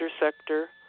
sector